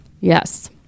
Yes